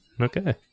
Okay